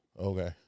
Okay